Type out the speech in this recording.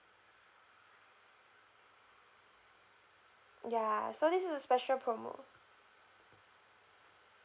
ya so this is a special promo